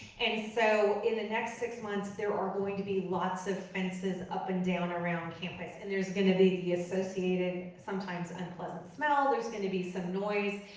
and so in the next six months, there are going to be lots of fences up and down around campus, and there's gonna be the associated, sometimes unpleasant smell, there's gonna be some noise,